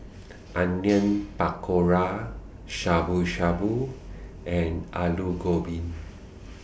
Onion Pakora Shabu Shabu and Alu Gobi